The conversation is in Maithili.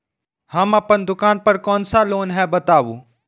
हम अपन दुकान पर कोन सा लोन हैं बताबू?